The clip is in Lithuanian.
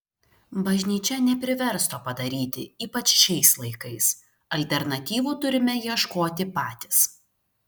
bažnyčia neprivers to padaryti ypač šiais laikais alternatyvų turime ieškoti patys